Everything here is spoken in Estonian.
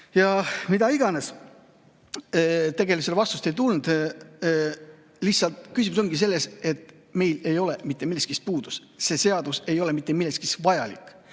ja mida iganes. Sellele vastust ei tulnud. Lihtsalt küsimus ongi selles, et meil ei ole mitte millestki puudus. See seadus ei ole mitte millekski vajalik.